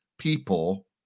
People